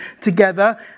together